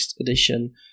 edition